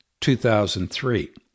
2003